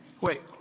Wait